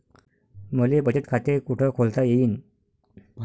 मले बचत खाते कुठ खोलता येईन?